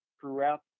throughout